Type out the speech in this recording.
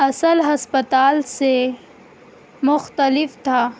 اصل ہسپتال سے مختلف تھا